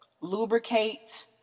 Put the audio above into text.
Lubricate